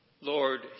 Lord